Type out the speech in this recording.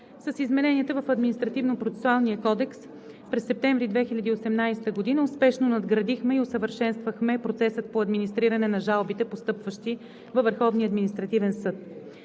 в Административнопроцесуалния кодекс през месец септември 2018 г. успешно надградихме и усъвършенствахме процеса по администриране на жалбите, постъпващи във